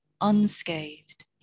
unscathed